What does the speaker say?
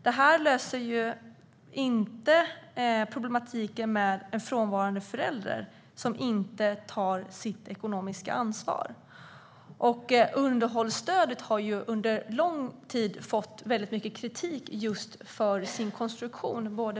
Det löser inte problematiken med en frånvarande förälder som inte tar sitt ekonomiska ansvar. Underhållsstödet har under lång tid kritiserats för sin konstruktion.